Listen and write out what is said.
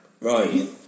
Right